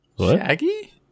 Shaggy